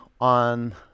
on